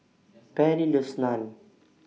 Pairlee loves Naan